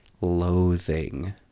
loathing